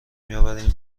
میآوریم